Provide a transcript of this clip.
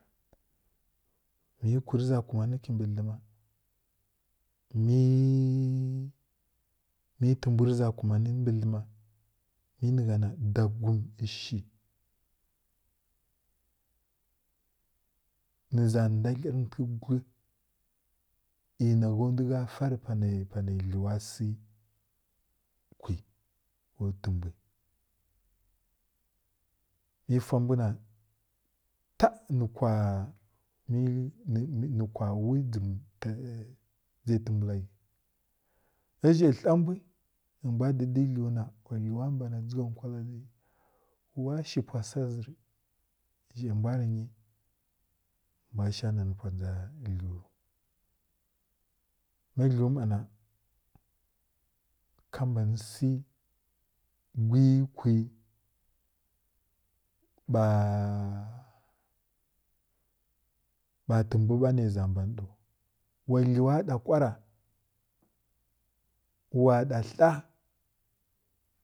Mə kwi rə za kumari kibi dləma mə təmbwi rə za kumani mbə dləna mə ni gha na dogum shi nə za ndadlira tə guri gha far bunə dlew si kwi ko fəmbwi mə fa mbw na taf nə kwa hə nə kwa wi ndʒə təmbula ghə ma zhə ha mbwi nimbw didi dləwi ha wa dləwa bara dʒa wkala zi wa shi pwa sa zi rə zhə mbw rə nyi mbw sha nani pwa dʒa dləw rə ma dləw mma na gwi kwi ba təmbwi ba nə za mban ɗaw wa ɗa kwara wa ɗa ha